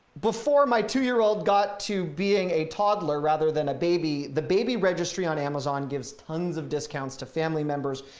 before my two year old got to being a toddler rather than a baby, the baby registry on amazon gives tons of discounts to family members,